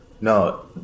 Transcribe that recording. No